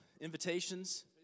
Invitations